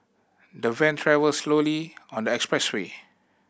the van travelled slowly on the expressway